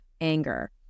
anger